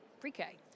pre-K